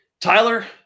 Tyler